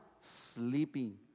sleeping